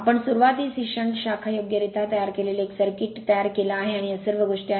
आम्ही सुरुवातीस ही शंट शाखा योग्यरित्या तयार केलेल एक सर्किट तयार केल आहे आणि या सर्व गोष्टी आहेत